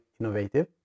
innovative